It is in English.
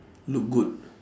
look good